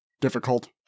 difficult